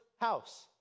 house